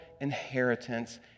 inheritance